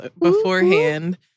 beforehand